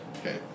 Okay